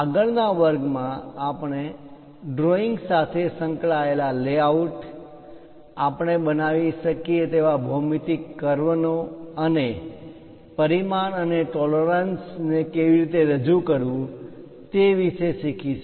આગળના વર્ગમાં આપણે ડ્રોઈંગ સાથે સંકળાયેલા લેઆઉટ આપણે બનાવી શકીએ તેવા ભૌમિતિક કર્વ નો અને પરિમાણ અને ટોલરન્સ tolerances પરિમાણ માં માન્ય તફાવત ને કેવી રીતે રજૂ કરવું તે વિશે શીખીશું